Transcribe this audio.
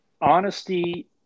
honesty